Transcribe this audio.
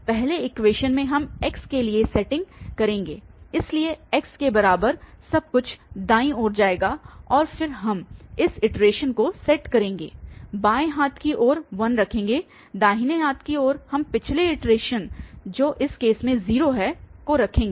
पहले इक्वेशन में हम x के लिए सेट करेंगे इसलिए x बराबर सब कुछ दाईं ओर जाएगा और फिर हम इस इटरेशन को सेट करेंगे बाएं हाथ की ओर 1 रखेंगे दाहिने हाथ की ओर हम पिछले इटरेशन जो इस केस मे 0 है को रखेंगे